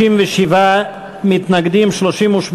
57, נגד, 38,